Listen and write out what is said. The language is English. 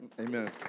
Amen